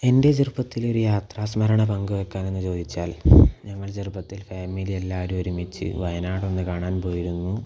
എൻ്റെ ചെറുപ്പത്തിലെ ഒരു യാത്ര സ്മരണ പങ്കുവയ്ക്കാനെന്ന് ചോദിച്ചാൽ ഞങ്ങൾ ചെറുപ്പത്തിൽ ഫാമിലി എല്ലാവരും ഒരുമിച്ച് വയനാടൊന്ന് കാണാൻ പോയിരുന്നു